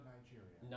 Nigeria